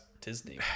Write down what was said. Disney